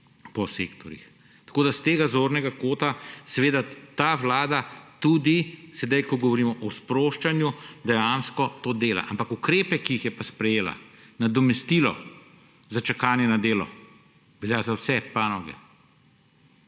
po sektorjih. Tako s tega zornega kota seveda ta vlada tudi sedaj, ko govorimo o sproščanju, dejansko to dela. Ampak ukrepi, ki jih je pa sprejela – nadomestilo za čakanje na delo – veljajo za vse panoge.